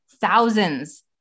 thousands